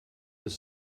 his